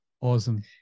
Awesome